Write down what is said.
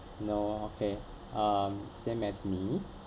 no okay um same as me